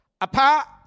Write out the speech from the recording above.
Apa